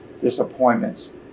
disappointments